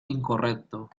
incorrecto